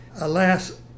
Alas